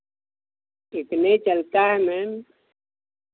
इतने चलता है मैम